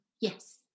yes